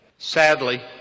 Sadly